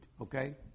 okay